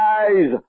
eyes